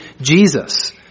Jesus